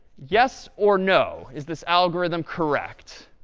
yes or no, is this algorithm correct?